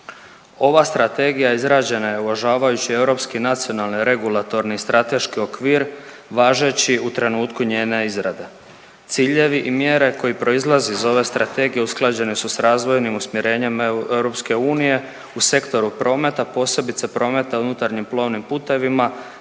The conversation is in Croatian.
Ova strategija je izrađena uvažavajući europski nacionalni regulatorni strateški okvir važeći u trenutku njene izrade. Ciljevi i mjere koji proizlaze iz ove strategije usklađeni su sa razvojnim usmjerenjem Europske unije u Sektoru prometa posebice prometa u unutarnjim plovnim putevima,